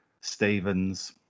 Stevens